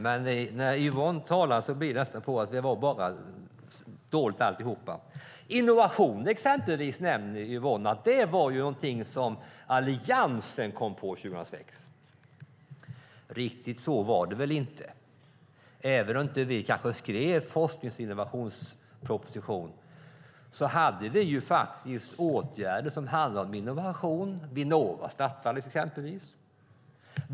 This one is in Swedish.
Men när Yvonne talar blir det nästan som att alltihop bara var dåligt. Yvonne nämner exempelvis innovation och att det var någonting som Alliansen kom på 2006. Riktigt så var det väl inte. Även om vi inte satt och skrev en forsknings och innovationsproposition hade vi faktiskt åtgärder som handlade om innovation. Vinnova startade vi exempelvis.